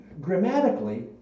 Grammatically